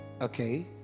Okay